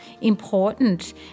important